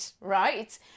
right